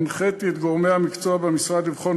הנחיתי את גורמי המקצוע במשרד לבחון